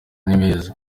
nibeza